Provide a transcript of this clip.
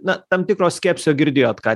na tam tikro skepsio girdėjot ką